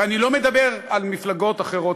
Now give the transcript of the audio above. ואני לא מדבר על מפלגות אחרות,